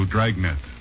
Dragnet